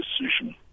decision